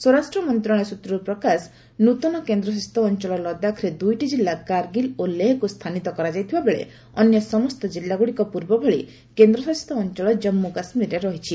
ସ୍ୱରାଷ୍ଟ୍ର ମନ୍ତ୍ରଶାଳୟ ସୂତ୍ରରୁ ପ୍ରକାଶ ଯେ ନୂତନ କେନ୍ଦ୍ରଶାସିତ ଅଞ୍ଚଳ ଲଦାଖରେ ଦୁଇଟି ଜିଲ୍ଲା କାର୍ଗିଲ୍ ଓ ଲେହକୁ ସ୍ଥାନିତ କରାଯାଇଥିଲା ବେଳେ ଅନ୍ୟ ସମସ୍ତ ଜିଲ୍ଲାଗୁଡ଼ିକ ପୂର୍ବ ଭଳି କେନ୍ଦ୍ରଶାସିତ ଅଞ୍ଚଳ ଜାନ୍ମୁ କାଶ୍ମୀରରେ ରହିଛି